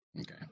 Okay